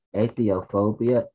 atheophobia